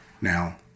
Now